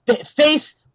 face